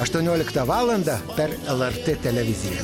aštuonioliktą valandą per el er tė televiziją